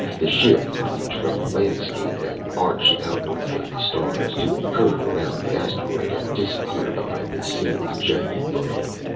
the ship leaped from the landscape, and arced outward toward the stars, to curve around the asteroid and disappear behind the scene's jagged brim.